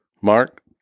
Mark